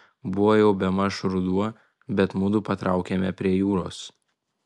buvo jau bemaž ruduo bet mudu patraukėme prie jūros